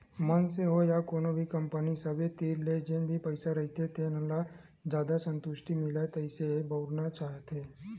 मनसे होय या कोनो कंपनी सबे तीर जेन भी पइसा रहिथे तेन ल जादा संतुस्टि मिलय तइसे बउरना चाहथे